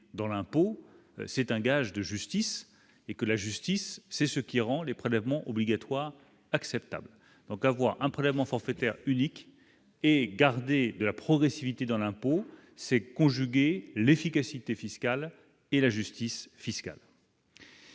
dans l'impôt, c'est un gage de justice et que la justice, c'est ce qui rend les prélèvements obligatoires acceptable, donc avoir un prélèvement forfaitaire unique et garder de la progressivité dans l'impôt. C'est conjuguer l'efficacité fiscale et la justice fiscale.